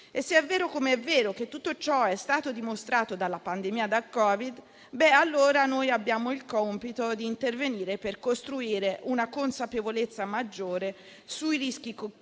Se è vero come è vero che tutto ciò è stato dimostrato dalla pandemia da Covid, allora noi abbiamo il compito di intervenire per costruire una consapevolezza maggiore sui rischi